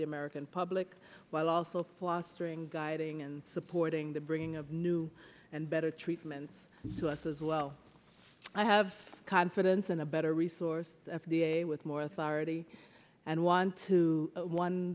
the american public while also fostering guiding and supporting the bringing of new and better treatments to us as well i have confidence in a better resourced f d a with more authority and want to one